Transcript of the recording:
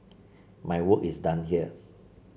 my work is done here